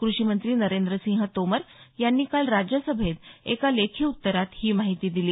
कृषीमंत्री नरेंद्रसिंह तोमर यांनी काल राज्यसभेत एका लेखी उत्तरात ही माहिती दिली